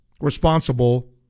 responsible